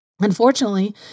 Unfortunately